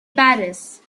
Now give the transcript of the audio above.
paris